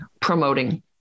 promoting